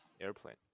airplane